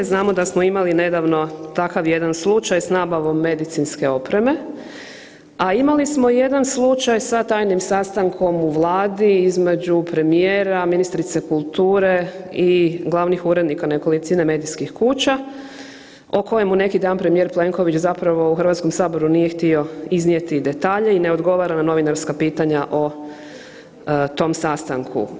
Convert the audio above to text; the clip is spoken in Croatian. Znamo da smo imali nedavno takav jedan slučaj s nabavom medicinske opreme, a imali smo jedan slučaj sa tajnim sastankom u Vladi između premijera, ministrice kulture i glavnih urednika nekolicine medijskih kuća o kojemu neki dan premijer Plenković zapravo u Hrvatskom saboru nije htio iznijeti detalje i ne odgovara na novinarska pitanja o tom sastanku.